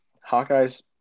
Hawkeye's